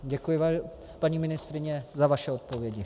Děkuji, paní ministryně, za vaše odpovědi.